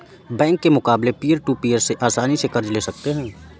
bank के मुकाबले peer to peer से आसनी से कर्ज ले सकते है